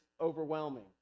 overwhelming